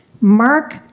Mark